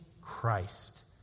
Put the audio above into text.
Christ